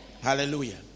Hallelujah